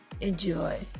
enjoy